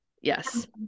yes